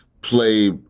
play